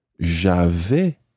J'avais